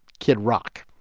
kid rock.